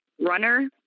runner